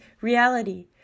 reality